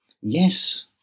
Yes